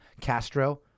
Castro